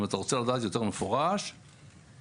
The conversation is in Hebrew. אם אתה רוצה לדעת יותר מפורש, לדוגמה,